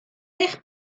eich